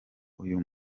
uyu